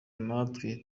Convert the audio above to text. natwe